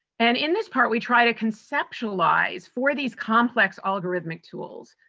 and, in this part, we try to conceptualize for these complex algorithmic tools.